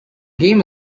game